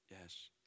Yes